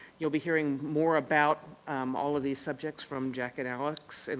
you'll be hearing more about all of these subjects from jackie and alex, and